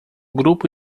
grupo